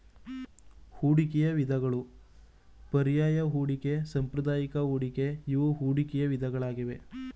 ಹೂಡಿಕೆಯ ವಿಧಗಳು ಪರ್ಯಾಯ ಹೂಡಿಕೆ, ಸಾಂಪ್ರದಾಯಿಕ ಹೂಡಿಕೆ ಇವು ಹೂಡಿಕೆಯ ವಿಧಗಳಾಗಿವೆ